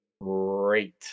great